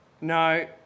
No